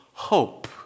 hope